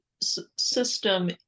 system